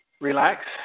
Relax